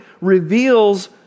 reveals